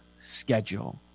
schedule